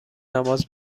نماز